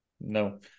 No